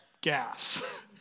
gas